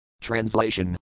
Translation